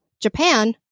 Japan